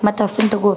ಮತ್ತು ತಗೋ